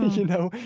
you know?